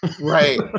Right